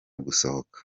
gusohoka